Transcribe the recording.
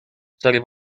sorry